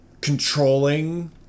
controlling